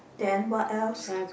then what else